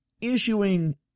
issuing